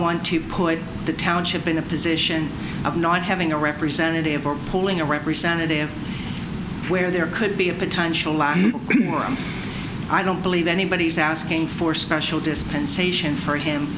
want to put the township in a position of not having a representative or pulling a representative where there could be a potential law i don't believe anybody is asking for special dispensation for him